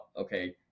okay